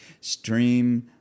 Stream